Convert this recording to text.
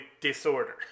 disorder